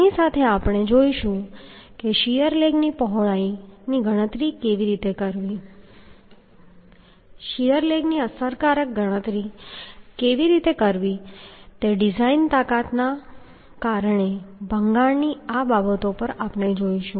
તેની સાથે આપણે જોઈશું કે શીયર લેગની પહોળાઈની ગણતરી કેવી રીતે કરવી અને શીયર લેગની અસરકારક ગણતરી કેવી રીતે કરવી તે ડિઝાઈન તાકાત ગણતરીના કારણે ભંગાણની આ બાબતો આપણે જોઈશું